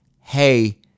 hey